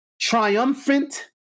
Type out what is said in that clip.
triumphant